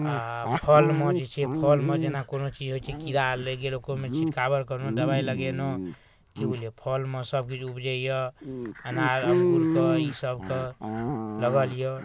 आओर फलमे जे छै फलमे कोनो चीज जे होइ छै कीड़ा लागि गेल ओहिमे छिटकावर करलहुँ दवाइ लगेलहुँ कि बुझलिए फलमे सबकिछु उपजैए अनार अङ्गूरके ईसबके लगल अइ